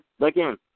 again